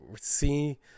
see